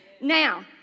Now